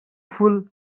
fool